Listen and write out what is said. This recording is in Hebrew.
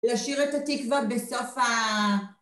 להשאיר את התקווה בסוף ה...